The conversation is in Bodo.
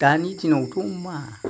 दानि दिनावथ' मा